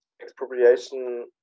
expropriation